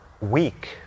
weak